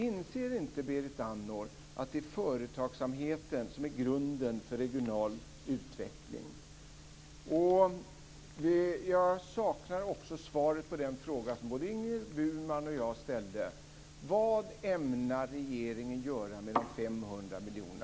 Inser inte Berit Andnor att det är företagsamheten som är grunden för regional utveckling? Jag saknar också svaret på den fråga som både